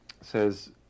says